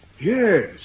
Yes